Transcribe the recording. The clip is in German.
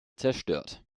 zerstört